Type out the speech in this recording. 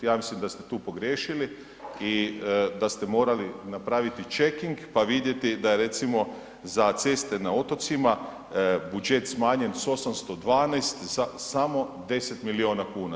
Ja mislim da ste tu pogriješili i da ste morali napraviti checking pa vidjeti da je recimo za ceste na otocima buđet smanjen s 812 za samo 10 miliona kuna.